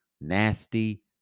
Nasty